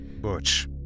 Butch